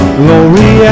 glory